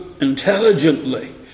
intelligently